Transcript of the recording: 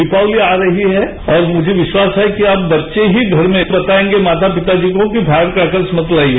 दीपावली आ रही है और मुझे विश्वास है कि अब बच्चे ही घर में बताएंगे माता पिता जी को कि फायर क्रैकर्स मत लाइए